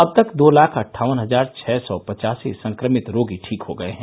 अब तक दो लाख अटठावन हजार छ सै पचासी संक्रमित रोगी ठीक हो गये हैं